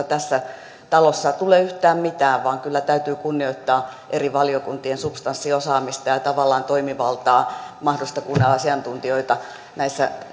tässä talossa tule yhtään mitään vaan kyllä täytyy kunnioittaa eri valiokuntien substanssiosaamista ja ja tavallaan toimivaltaa mahdollisuutta kuulla asiantuntijoita näissä